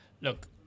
look